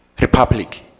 republic